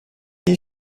they